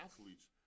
athletes